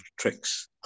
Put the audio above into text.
tricks